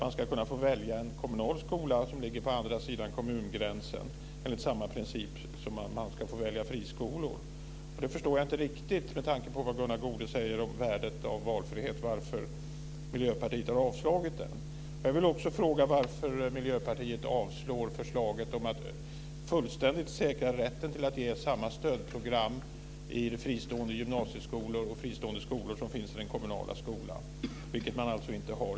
Man ska kunna få välja en kommunal skola som ligger på andra sidan kommungränsen, enligt samma princip som man ska få välja friskola. Jag förstår inte riktigt, med tanke på vad Gunnar Goude säger om värdet av valfrihet, varför Miljöpartiet har avslagit den motionen. Jag vill också fråga varför Miljöpartiet avslår förslaget om att fullständigt säkra rätten att ge samma stödprogram i fristående gymnasieskolor och fristående skolor som finns i den kommunala skolan. Det har man inte i dag.